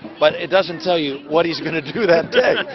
but it doesn't tell you what he's going to do that day.